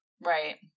Right